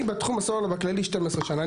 אני בתחום הסלולר הכללי 12 שנה.